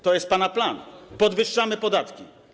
To jest pana plan: podwyższamy podatki.